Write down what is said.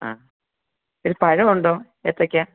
ആ പിന്നെ പഴമുണ്ടോ ഏത്തക്ക